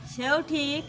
সেও ঠিক